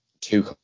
Two